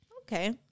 okay